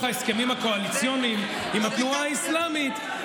ההסכמים הקואליציוניים עם התנועה האסלאמית,